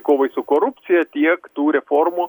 kovai su korupcija tiek tų reformų